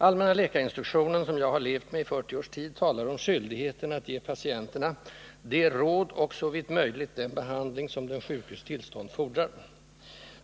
Allmänna läkarinstruktionen, som jag har levt med i 40 års tid, talar om skyldigheten att ge patieterna de råd och, såvitt möjligt, den behandling som den sjukes tillstånd fordrar.